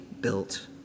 built